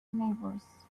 neighbours